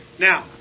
Now